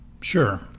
Sure